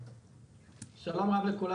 רב לכולם.